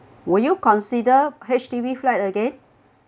will you consider H_D_B flat again